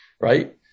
right